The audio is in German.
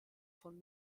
von